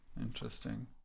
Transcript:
interesting